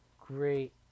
great